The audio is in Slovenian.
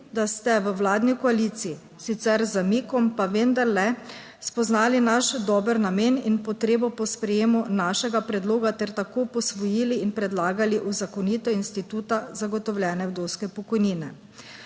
da ste v vladni koaliciji, sicer z zamikom, pa vendarle, spoznali naš dober namen in potrebo po sprejetju našega predloga ter tako posvojili in predlagali uzakonitev instituta zagotovljene vdovske pokojnine.